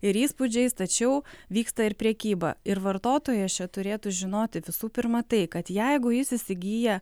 ir įspūdžiais tačiau vyksta ir prekyba ir vartotojas čia turėtų žinoti visų pirma tai kad jeigu jis įsigyja